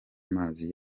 mazi